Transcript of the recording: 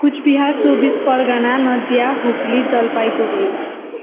Cooch Behar Chaubis Pargana Nadia Hooghly Jalpaiguri